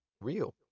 real